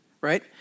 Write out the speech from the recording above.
right